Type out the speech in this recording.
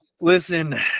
Listen